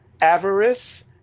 avarice